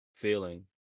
feeling